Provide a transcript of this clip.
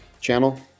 channel